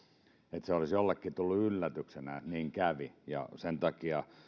että se olisi jollekin tullut yllätyksenä että niin kävi sen takia